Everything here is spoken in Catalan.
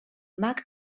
mag